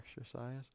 exercise